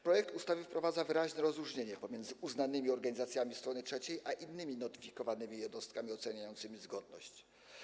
Projekt ustawy wprowadza wyraźne rozróżnienie między uznanymi organizacjami strony trzeciej a innymi notyfikowanymi jednostkami oceniającymi zgodność.